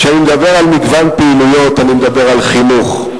כשאני מדבר על מגוון פעילויות, אני מדבר על חינוך,